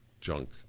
junk